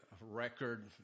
record